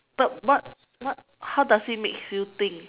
but what what how does it makes you think